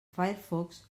firefox